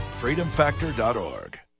Freedomfactor.org